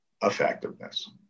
effectiveness